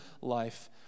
life